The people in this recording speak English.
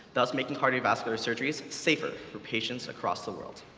thus making cardiovascular surgeries safer for patients across the world.